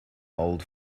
old